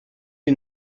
you